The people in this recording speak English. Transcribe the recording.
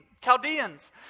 Chaldeans